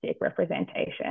representation